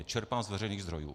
Čerpám z veřejných zdrojů.